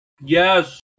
Yes